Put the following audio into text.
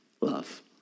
love